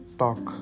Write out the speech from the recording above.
talk